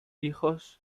hijos